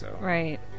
Right